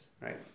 Right